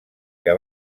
que